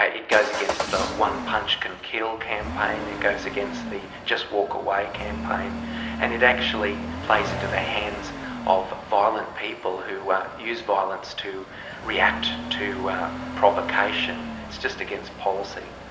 ah it goes against the one punch can kill campaign. it goes against the just walk away campaign and it actually plays into the hands of violent people who use violence to react to provocation. it's just against policy.